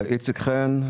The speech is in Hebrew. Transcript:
איציק חן,